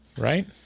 right